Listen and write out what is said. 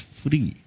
free